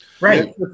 Right